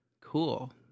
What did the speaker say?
Cool